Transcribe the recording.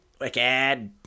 Wicked